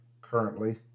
currently